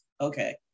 okay